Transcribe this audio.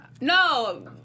No